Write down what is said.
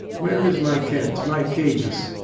where is my kent, my cajus.